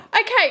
Okay